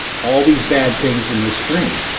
all these bad things in this dream.